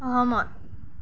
সহমত